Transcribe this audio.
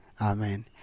Amen